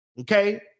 Okay